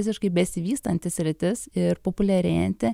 visiškai besivystanti sritis ir populiarėjanti